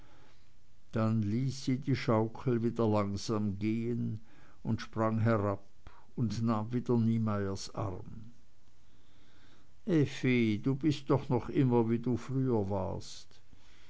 dann ließ sie die schaukel wieder langsam gehen und sprang herab und nahm wieder niemeyers arm effi du bist doch noch immer wie du früher warst